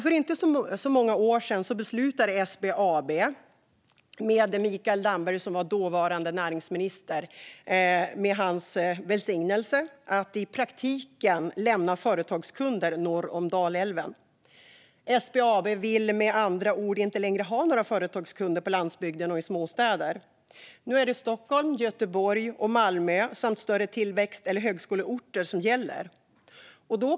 För inte så många år sedan beslutade SBAB, med dåvarande näringsminister Mikael Dambergs välsignelse, att i praktiken lämna företagskunder norr om Dalälven. SBAB vill med andra ord inte längre ha några företagskunder på landsbygden och i småstäder. Nu är det Stockholm, Göteborg och Malmö samt större tillväxt eller högskoleorter som gäller.